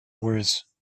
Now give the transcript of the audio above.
worse